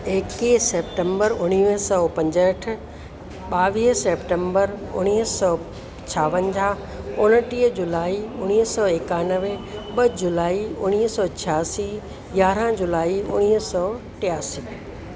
एकवीह सेप्टेम्बर उणिवीह सौ पंजहठ ॿावीह सेप्टेम्बर उणिवीह सौ छावंजाह उणिटीह जुलाई उणिवीह सौ एकानवे ॿ जुलाई उणिवीह सौ छहासी यारहं जुलाई उणिवीह सौ टियासी